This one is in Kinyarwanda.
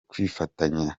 kwifatanya